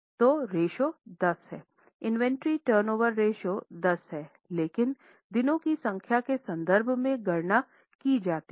तो रेश्यो 10 है inventory turnover ratio 10 है लेकिन दिनों की संख्या के संदर्भ में गणना की जा सकती हैं